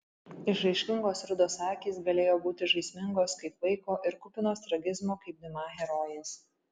išraiškingos rudos akys galėjo būti žaismingos kaip vaiko ir kupinos tragizmo kaip diuma herojės